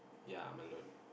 ya I'm alone